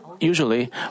usually